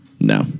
No